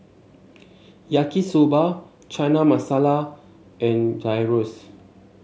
Yaki Soba Chana Masala and Gyros